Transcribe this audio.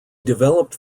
developed